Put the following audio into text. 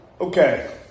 okay